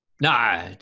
No